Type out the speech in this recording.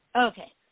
Okay